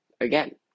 again